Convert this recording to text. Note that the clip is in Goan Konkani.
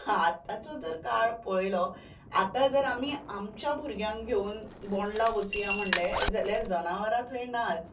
आतांचो जर काळ पळयलो आतां जर आमी आमच्या भुरग्यांक घेवन बोंडला वचूया म्हणलें जाल्यार जनावरां थंय नाच